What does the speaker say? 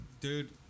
Dude